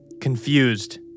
confused